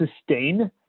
sustain